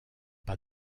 pas